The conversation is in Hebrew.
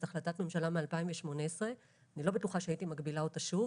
זאת החלטת ממשלה משנת 2018. אני לא בטוחה שהייתי מגבילה אותה שוב.